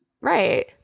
Right